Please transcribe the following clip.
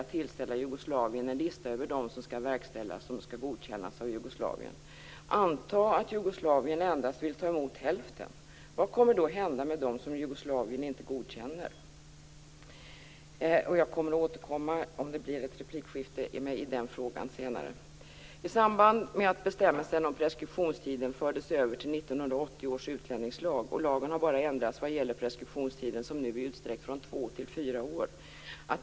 Mottagandet måste dock vara flexibelt och så långt möjligt klara de svängningar i inströmningen som kan uppstå. Detta innebär att mottagningsenheter - som egentligen huvudsakligen är avsedda för ensamboende - ibland kan behöva ge logi även till barnfamiljer i avvaktan på en bättre lösning. Om en asylsökande har fått avvisningsbeslut, skall han eller hon självmant lämna landet.